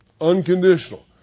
Unconditional